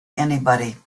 anybody